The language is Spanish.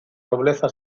nobleza